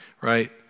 right